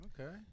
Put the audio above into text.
Okay